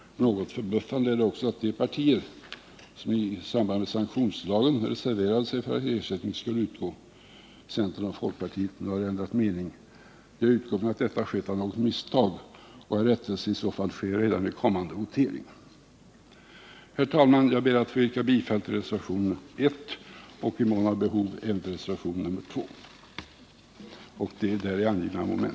Något förbluffande är det också att de partier som i samband med sanktionslagen reserverade sig för att ersättning skall utgå, centern och folkpartiet, nu har ändrat mening. Jag utgår från att detta skett av något misstag och att rättelse i så fall sker redan vid kommande votering. Herr talman! Jag ber att få yrka bifall till reservationen.